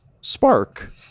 spark